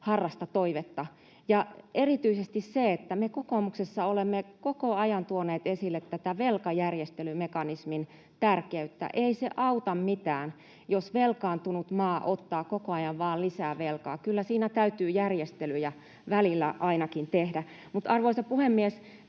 harrasta toivetta. Me kokoomuksessa olemme koko ajan tuoneet esille velkajärjestelymekanismin tärkeyttä. Ei se auta mitään, jos velkaantunut maa ottaa koko ajan vain lisää velkaa. Kyllä siinä täytyy järjestelyjä ainakin välillä tehdä. Arvoisa puhemies!